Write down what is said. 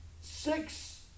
six